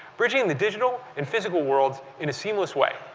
bridge ing and the digital and physical worlds in a seamless way.